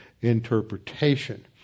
interpretation